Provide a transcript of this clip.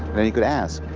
you could ask,